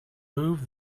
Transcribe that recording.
move